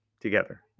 together